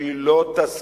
שהיא לא תסכים